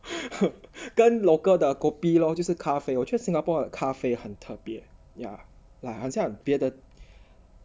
跟 local 的 kopi lor 就是咖啡我觉得 singapore 的咖啡很特别 ya like 很像别的